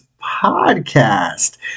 Podcast